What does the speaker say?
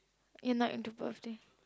you are not into birthday